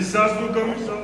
הזזנו גם הזזנו.